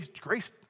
grace